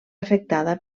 afectada